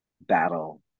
battle